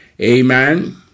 Amen